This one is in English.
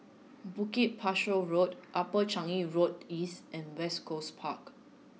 Bukit Pasoh Road Upper Changi Road East and West Coast Park